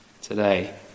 today